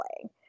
playing